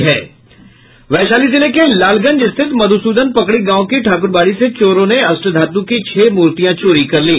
वैशाली जिले के लालगंज स्थित मधुसूदन पकड़ी गांव की ठाकुरबाड़ी से चोरों ने अष्टधातु की छह मूर्तियां चोरी कर ली